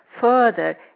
further